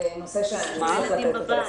צריך לנהל את הבית.